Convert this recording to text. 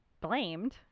blamed